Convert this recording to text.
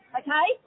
okay